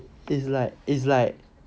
is like is like